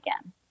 again